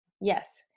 Yes